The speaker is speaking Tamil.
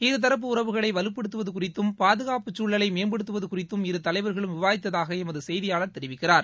இருதரப்பு உறவுகளை வலுப்படுத்துவது குறித்தும் பாதுகாப்பு சூழலை மேம்படுத்துவது குறித்தும் இரு தலைவர்களும் விவாதித்ததாக எமது செய்தியாளர் தெரிவிக்கிறார்